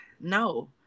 no